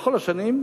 בכל השנים,